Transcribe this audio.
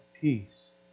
Peace